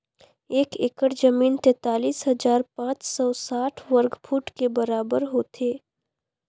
एक एकड़ जमीन तैंतालीस हजार पांच सौ साठ वर्ग फुट के बराबर होथे